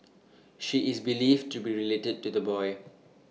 she is believed to be related to the boy